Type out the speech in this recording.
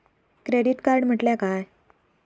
Credit card म्हटल्या काय?